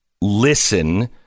listen